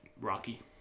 Rocky